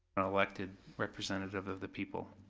elected representative of the people.